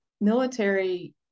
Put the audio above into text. military